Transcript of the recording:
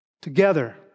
Together